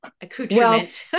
accoutrement